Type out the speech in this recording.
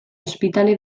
ospitale